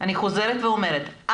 אני חוזרת ואומרת,